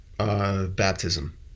Baptism